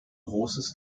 großes